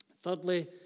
Thirdly